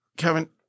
Kevin